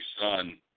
son